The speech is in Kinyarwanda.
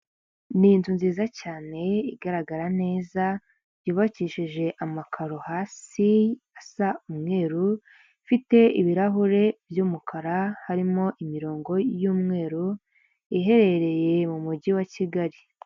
Ni inzu nziza cyane igaragara neza yubakishije amakaro hasi asa umweru ifite ibirahure by'umukara harimo imirongo y'umweru iherereye mu mujyi wa kigali .